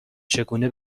چگونه